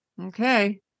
okay